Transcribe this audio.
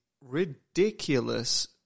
ridiculous